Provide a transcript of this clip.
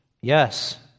Yes